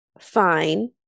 fine